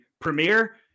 premiere